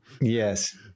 Yes